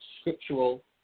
scriptural